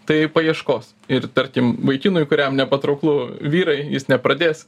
tai paieškos ir tarkim vaikinui kuriam nepatrauklu vyrai jis nepradės